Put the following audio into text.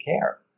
care